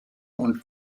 und